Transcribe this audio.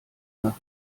nach